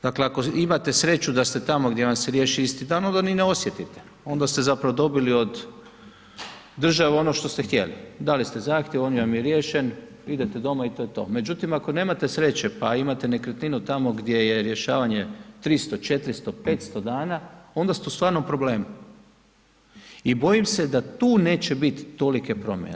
Dakle ako imate sreću da ste tamo gdje vam riješi isti dan, onda ni ne osjetite, onda ste zapravo dobili od države ono što ste htjeli, dali ste zahtjev, on vam je riješen, idete doma i to je to, međutim ako nemate sreće pa imate nekretninu tamo gdje je rješavanje 300, 400, 500 dana, onda ste u stvarnom problemu i bojim se da tu neće bit tolike promjene.